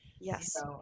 Yes